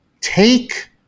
take